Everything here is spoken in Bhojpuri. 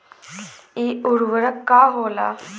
इ उर्वरक का होला?